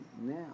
now